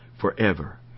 forever